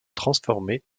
transformé